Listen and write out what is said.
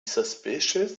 suspicious